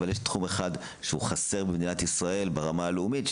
שיש תחום אחד שחסר במדינת ישראל ברמה הלאומית,